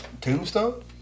Tombstone